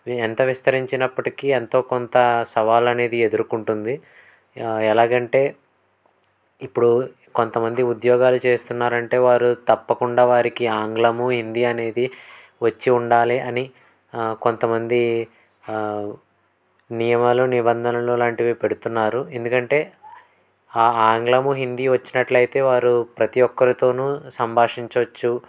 ఎంత విస్తరించినప్పటికీ ఎంతో కొంత సవాలు అనేది ఎదుర్కొంటుంది ఎలాగంటే ఇప్పుడు కొంతమంది ఉద్యోగాలు చేస్తున్నారంటే వారు తప్పకుండా వారికి ఆంగ్లము హిందీ అనేది వచ్చి ఉండాలి అని కొంతమంది నియమాలు నిబంధనలు లాంటివి పెడుతున్నారు ఎందుకంటే ఆ ఆంగ్లము హిందీ వచ్చినట్లయితే వారు ప్రతి ఒక్కరితో సంభాషించవచ్చు